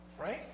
Right